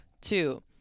Two